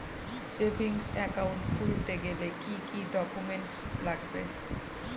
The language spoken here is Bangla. সেভিংস একাউন্ট খুলতে গেলে কি কি ডকুমেন্টস লাগবে?